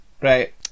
Right